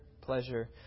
pleasure